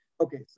Okay